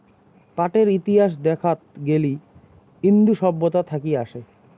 পাটের ইতিহাস দেখাত গেলি ইন্দু সভ্যতা থাকি আসে